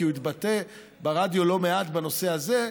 כי הוא התבטא ברדיו לא מעט בנושא הזה,